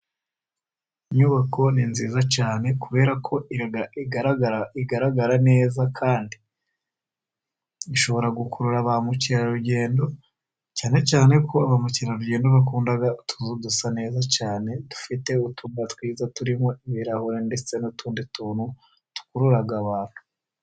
Inyubako ni nziza cyane kubera ko igaragara neza, kandi ishobora gukurura ba mukerarugendo, cyane cyane ko ba mukerarugendo bakunda utuzu dusa neza cyane, dufite utubati twiza turimo ibirahure, ndetse n'utundi tuntu dukurura abantu.